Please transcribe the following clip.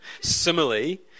similarly